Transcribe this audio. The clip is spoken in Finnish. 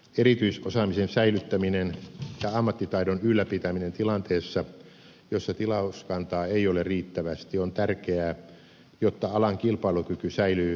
erityisosaamisen säilyttäminen ja ammattitaidon ylläpitäminen tilanteessa jossa tilauskantaa ei ole riittävästi on tärkeää jotta alan kilpailukyky säilyy tulevaisuudessakin